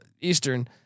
Eastern